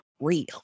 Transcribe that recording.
real